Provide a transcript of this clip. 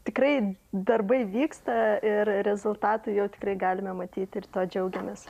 tikrai darbai vyksta ir rezultatų jau tikrai galime matyti ir tuo džiaugiamės